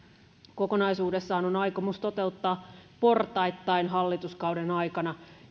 kokonaisuudessaan on aikomus toteuttaa portaittain hallituskauden aikana